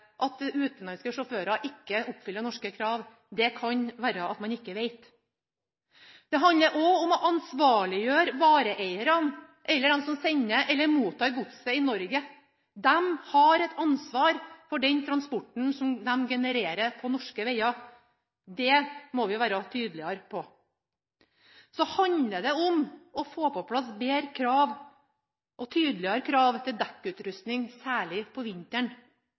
at utenlandske sjåfører ikke oppfyller norske krav – det kan være at man ikke vet. Det handler også om å ansvarliggjøre vareeierne, eller dem som sender eller mottar godset i Norge. De har et ansvar for den transporten som de genererer på norske veger. Det må vi være tydeligere på. Så handler det om å få på plass bedre og tydeligere krav til dekkutrustning, særlig på vinteren.